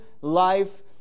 life